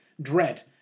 Dread